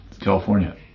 California